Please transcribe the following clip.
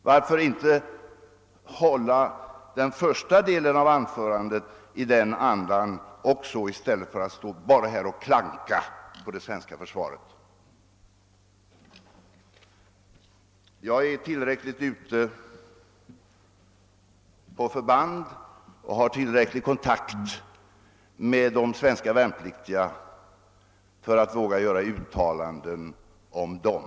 Varför inte hålla också den första delen av anförandet i den andan i stället för att bara stå här och klanka på det svenska försvaret? Jag är tillräckligt ofta ute på förband och har tillräckligt god kontakt med de svenska värnpliktiga för att våga göra uttalanden om dem.